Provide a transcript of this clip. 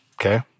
Okay